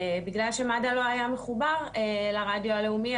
בגלל שמד"א לא היה מחובר לרדיו הלאומי,